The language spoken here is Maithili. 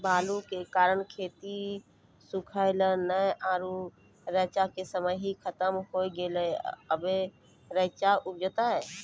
बालू के कारण खेत सुखले नेय आरु रेचा के समय ही खत्म होय गेलै, अबे रेचा उपजते?